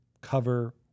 cover